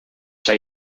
say